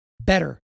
better